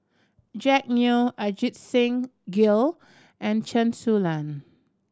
Jack Neo Ajit Singh Gill and Chen Su Lan